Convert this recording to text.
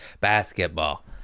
Basketball